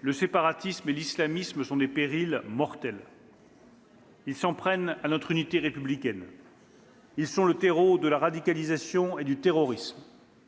le séparatisme et l'islamisme sont des périls mortels. Ils s'en prennent à notre unité républicaine. Ils sont le terreau de la radicalisation et du terrorisme.